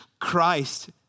Christ